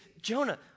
Jonah